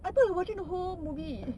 I thought you were watching the whole movie